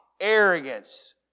Arrogance